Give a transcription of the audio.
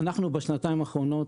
בשנתיים האחרונות,